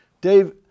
Dave